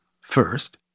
first